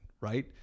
right